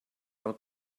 del